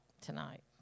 tonight